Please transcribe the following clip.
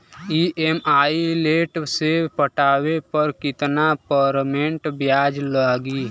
EMI late से पटावे पर कितना परसेंट ब्याज लगी?